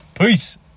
peace